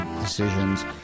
decisions